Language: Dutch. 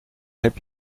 heb